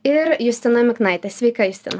ir justina miknaitė sveika justina